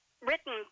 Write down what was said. written